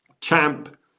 Champ